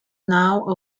now